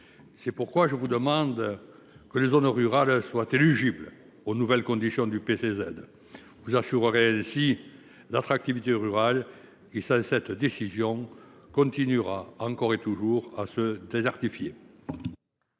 C’est pourquoi je vous demande que les zones rurales soient éligibles aux nouvelles conditions du PTZ. Ainsi, vous assurerez l’attractivité du monde rural, qui, sans cette décision, continuera, encore et toujours, à se désertifier.